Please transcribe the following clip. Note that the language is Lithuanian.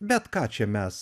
bet ką čia mes